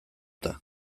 eta